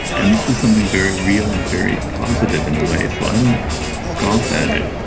and this was something very real and very positive in a way, so i don't scoff at it.